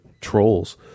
trolls